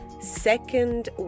Second